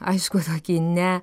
aišku sakė ne